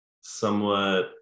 somewhat